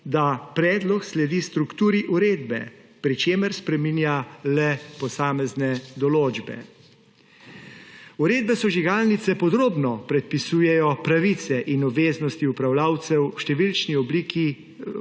da predlog sledi strukturi uredbe, pri čemer spreminja le posamezne določbe. Uredbe o sežigalnicah podrobno predpisujejo pravice in obveznosti upravljavcev in v številčni obliki